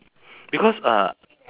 because uh